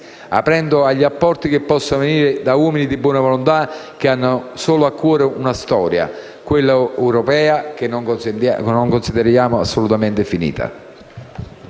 aprendosi agli apporti che possono venire da uomini di buona volontà che hanno solo a cuore una storia, quella europea, che non consideriamo assolutamente finita.